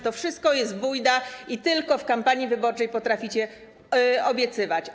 To wszystko jest bujda i tylko w kampanii wyborczej potraficie obiecywać.